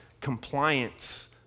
compliance